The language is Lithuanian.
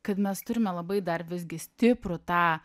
kad mes turime labai dar visgi stiprų tą